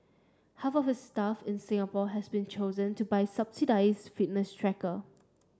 half of staff in Singapore has been chosen to buy subsidised fitness tracker